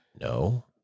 No